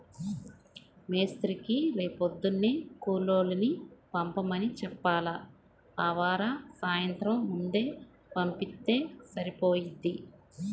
మేస్త్రీకి రేపొద్దున్నే కూలోళ్ళని పంపమని చెప్పాల, ఆవార సాయంత్రం ముందే పంపిత్తే సరిపోయిద్ది